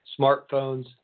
smartphones